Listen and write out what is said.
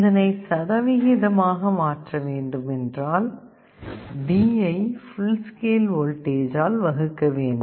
இதனை சதவிகிதமாக மாற்ற வேண்டுமென்றால் D ஐ ஃபுல் ஸ்கேல் வோல்டேஜ் ஆல் வகுக்க வேண்டும்